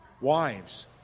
Wives